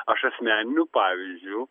aš asmeniniu pavyzdžiu